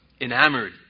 enamored